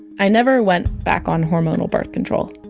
i never went back on hormonal birth control.